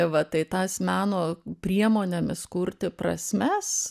va tai tas meno priemonėmis kurti prasmes